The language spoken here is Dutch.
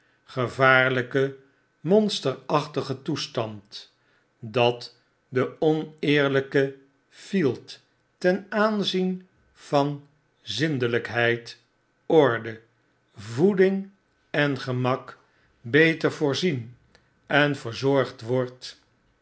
gevaarlflken monsterachtigen toestand dat de oneerljjke fielt ten aanzien van zindelpheid orde voedingen gemak beter voorzien en verzorgd wordt